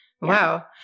Wow